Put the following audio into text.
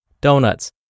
donuts